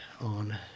on